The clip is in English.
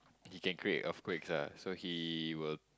he can create earthquake lah so he will